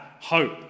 hope